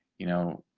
you know,